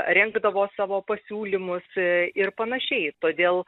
rengdavo savo pasiūlymus ir panašiai todėl